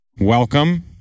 Welcome